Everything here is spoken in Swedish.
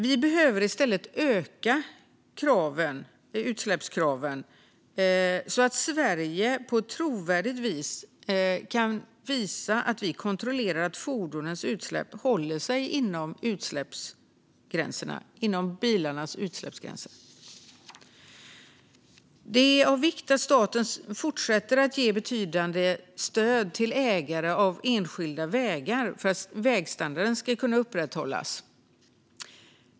Vi behöver i stället öka utsläppskraven så att Sverige på ett trovärdigt vis kan visa att vi kontrollerar att fordonens utsläpp håller sig inom bilarnas utsläppsgränser. Det är av vikt att staten fortsätter att ge betydande stöd till ägare av enskilda vägar så att vägstandarden kan upprätthållas.